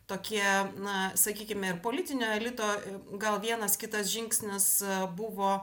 tokie na sakykime ir politinio elito gal vienas kitas žingsnis buvo